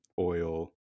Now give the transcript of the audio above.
oil